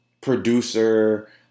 producer